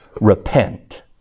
repent